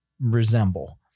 resemble